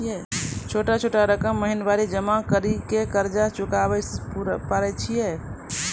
छोटा छोटा रकम महीनवारी जमा करि के कर्जा चुकाबै परए छियै?